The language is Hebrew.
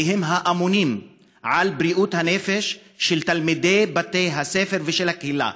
כי הם האמונים על בריאות הנפש של תלמידי בתי הספר ושל הקהילה.